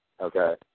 okay